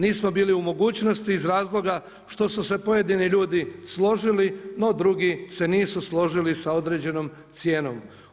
Nismo bili u mogućnosti iz razloga što su se pojedini ljudi složili, no drugi se nisu složili sa određenom cijenom.